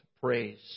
praise